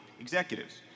executives